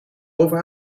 over